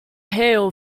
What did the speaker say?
hail